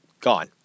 gone